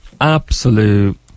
Absolute